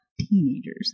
teenagers